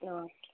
okay